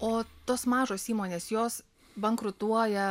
o tos mažos įmonės jos bankrutuoja